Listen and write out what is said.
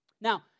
Now